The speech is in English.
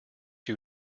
you